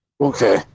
Okay